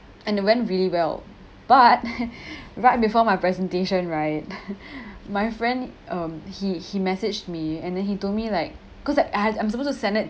and it went really well but right before my presentation right my friend um he he messaged me and then he told me like cause I had I'm supposed to send it